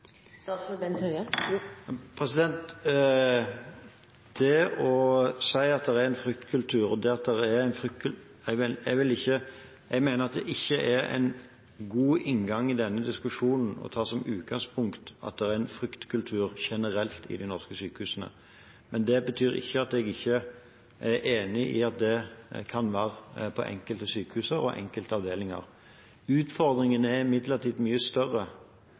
det er en fryktkultur: Jeg mener at det ikke er en god inngang i denne diskusjonen å ta som utgangspunkt at det generelt er en fryktkultur i de norske sykehusene, men det betyr ikke at jeg ikke er enig i at det kan være det på enkelte sykehus og på enkelte avdelinger. Utfordringen er imidlertid mye større.